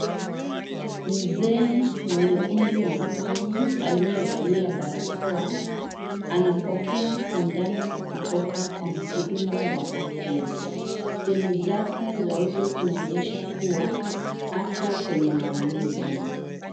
Mzee mwenye umri wa makamu aliyevalia barakoa anapokea sindano kutoka kwa mhudumu wa afya, semi zake za uso zinaonyesha kuwa ako kwenye maumivu.